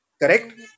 Correct